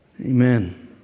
Amen